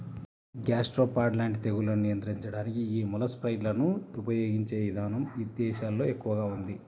gastropod లాంటి తెగుళ్లను నియంత్రించడానికి యీ మొలస్సైడ్లను ఉపయిగించే ఇదానం ఇదేశాల్లో ఎక్కువగా ఉంది